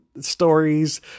stories